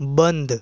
बंद